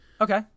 okay